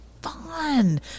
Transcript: fun